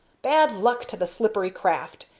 bad luck to the slippery craft!